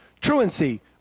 Truancy